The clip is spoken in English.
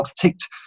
ticked